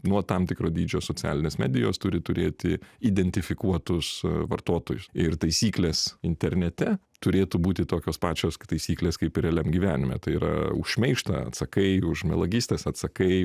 nuo tam tikro dydžio socialinės medijos turi turėti identifikuotus vartotojus ir taisyklės internete turėtų būti tokios pačios taisyklės kaip realiam gyvenime tai yra už šmeižtą atsakai už melagystes atsakai